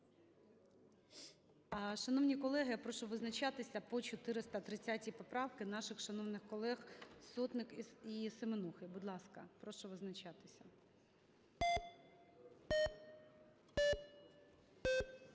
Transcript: Шановні колеги, я прошу визначатися по 430 поправці наших шановних колег Сотник і Семенухи. Будь ласка, прошу визначатися.